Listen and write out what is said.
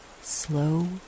slow